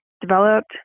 developed